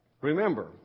Remember